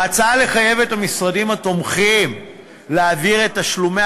ההצעה לחייב את המשרדים התומכים להעביר את תשלומי